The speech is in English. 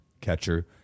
catcher